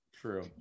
true